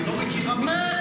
היא לא מכירה בכלל מקרה זה.